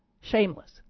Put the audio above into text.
shameless